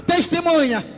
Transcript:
Testemunha